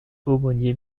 aumônier